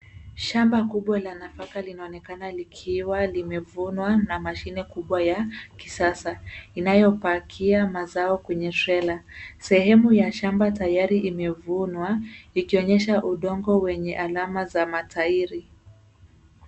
Shamba kubwa la nafaka linaonekana likiwa limevunwa na mashine kubwa ya kisasa, inayopakia mazao kwenye trela. Sehemu ya shamba tayari imevunwa, ikionyesha udongo wenye alama za matairi.